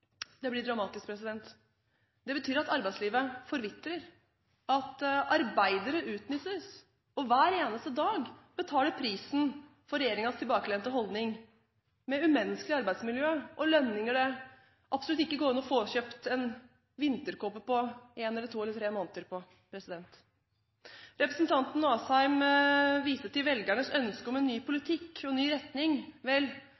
dumping, blir dramatisk. Det betyr at arbeidslivet forvitrer, at arbeidere utnyttes og hver eneste dag betaler prisen for regjeringens tilbakelente holdning med umenneskelig arbeidsmiljø og lønninger det absolutt ikke går an å få kjøpt en vinterkåpe med på én eller to eller tre måneder. Representanten Asheim viste til velgernes ønske om en ny politikk og ny retning. Vel,